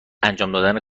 دادن